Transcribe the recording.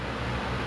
true true